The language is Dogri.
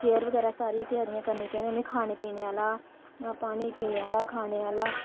चेयर बगैरा सारियां त्यारियां करनियां चाहिदियां उ'नेंगी खाने पीने आह्ला ना पानी पीने आह्ला खाने आह्ला